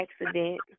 accident